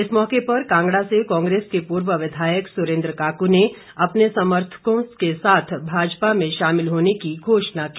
इस मौके पर कांगड़ा से कांग्रेस के पूर्व विधायक सुरेन्द्र काकू ने अपने सैंकड़ों समर्थकों के साथ भाजपा में शामिल होने की घोषणा की